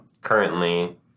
currently